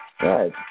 Right